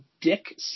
Dick